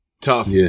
Tough